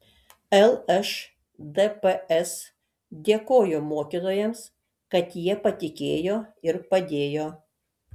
lšdps dėkojo mokytojams kad jie patikėjo ir padėjo